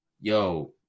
Yo